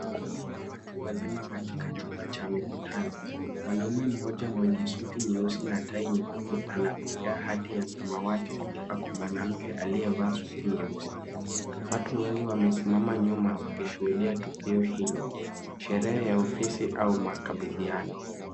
Kundi la watu wazima katika chumba cha mikutano. Mwanaume mmoja mwenye suti nyeusi na tai nyekundu anapokea hadhi ya samawati kutoka kwa mwanamke aliyevaa suti nyeusi. Watu wengi wamesimama nyuma wakishuhudia tukio hilo. Sherehe ofisi au makabidhiano.e